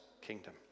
kingdom